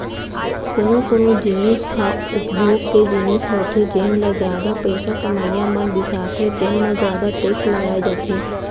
कोनो कोनो जिनिस ह उपभोग के जिनिस होथे जेन ल जादा पइसा कमइया मन बिसाथे तेन म जादा टेक्स लगाए जाथे